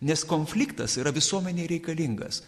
nes konfliktas yra visuomenei reikalingas